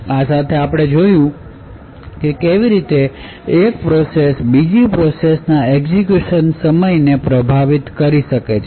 આ સાથે આપણે જોયું કે કેવી રીતે એક પ્રોસેસ બીજી પ્રોસેસ ના એક્ઝેક્યુશન ના સમયને પ્રભાવિત કરી શકે છે